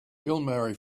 marry